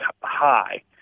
high